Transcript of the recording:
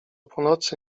północy